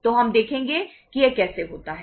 तो हम देखेंगे कि यह कैसे होता है